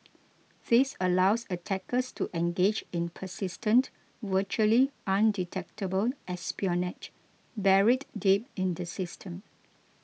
this allows attackers to engage in persistent virtually undetectable espionage buried deep in the system